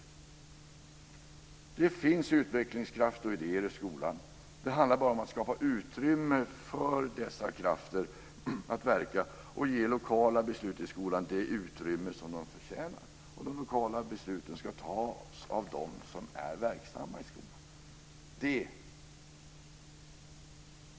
Det finns utvecklingskraft och idéer i skolan. Det handlar bara om att skapa utrymme för denna kraft att verka och ge lokala beslut i skolan det utrymme som de förtjänar. Vidare ska lokala beslut tas av dem som är verksamma i skolan.